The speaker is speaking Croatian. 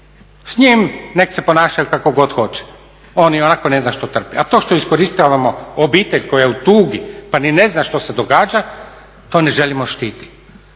S njim nek' se ponašaju kako god hoće, on ionako ne zna što trpi, a to što iskorištavamo obitelj koja je u tugi pa ni ne zna što se događa, to ne želimo štititi.